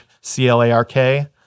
C-L-A-R-K